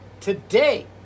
today